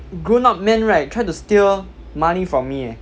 grown up men right try to steal money from me eh